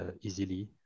easily